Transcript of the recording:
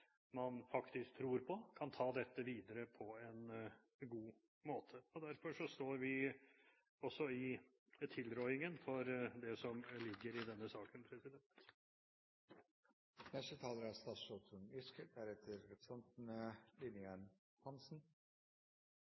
man faktisk tror kan ta dette videre på en god måte. Derfor står vi også i tilrådingen for det som ligger i denne saken.